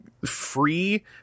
free